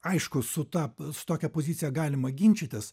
aišku su ta p su tokia pozicija galima ginčytis